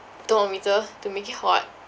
thermometer to make it hot